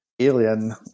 alien